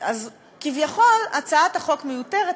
אז כביכול הצעת החוק מיותרת.